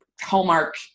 hallmark